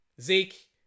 Zeke